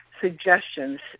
suggestions